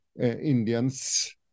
Indians